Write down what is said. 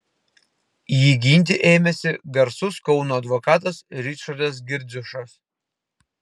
jį ginti ėmėsi garsus kauno advokatas ričardas girdziušas